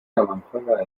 avanzada